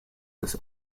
this